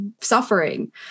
suffering